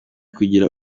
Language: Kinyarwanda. kugira